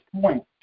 point